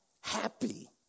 happy